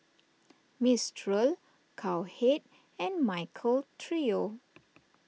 Mistral Cowhead and Michael Trio